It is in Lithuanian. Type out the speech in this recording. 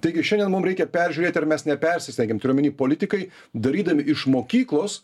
taigi šiandien mum reikia peržiūrėti ar mes nepersistengiam turiu omeny politikai darydami iš mokyklos